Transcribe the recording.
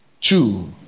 Two